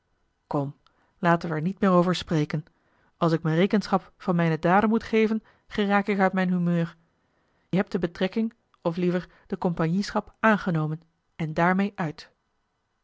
kom laten wij er niet meer over spreken als ik me rekenschap van mijne daden moet geven geraak ik uit mijn humeur je hebt de betrekking of liever de compagnieschap aangenomen en daarmee uit